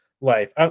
Life